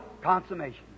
consummation